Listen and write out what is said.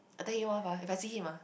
I tell him off ah if I see him ah